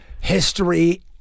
history